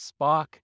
Spock